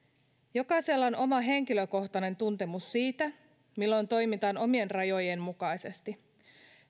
jokaisella on oma henkilökohtainen tuntemus siitä milloin toimitaan omien rajojen mukaisesti